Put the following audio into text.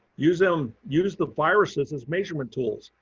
use them use the viruses as measurement tools.